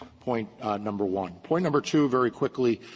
point number one. point number two, very quickly,